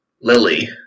Lily